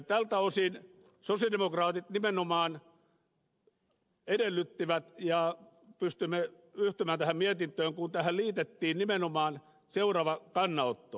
tältä osin sosialidemokraatit nimenomaan edellyttivät ja pystymme yhtymään tähän mietintöön kun tähän liitettiin nimenomaan seuraava kannanotto